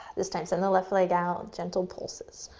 this time, send the left leg out, gentle pulses.